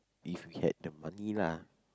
if we had the money lah